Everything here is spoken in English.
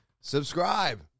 subscribe